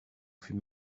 fut